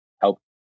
help